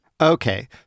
Okay